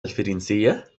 الفرنسية